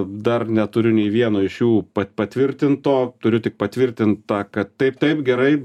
dar neturiu nei vieno iš jų pat patvirtinto turiu tik patvirtintą kad taip taip gerai